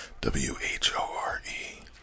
W-H-O-R-E